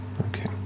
Okay